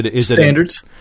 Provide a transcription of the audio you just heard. Standards